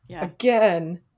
again